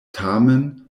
tamen